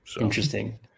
Interesting